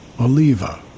Oliva